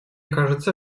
кажется